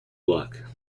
luck